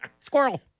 Squirrel